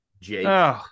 Jake